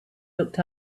looked